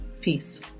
peace